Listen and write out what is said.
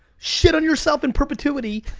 shit on yourself in perpetuity.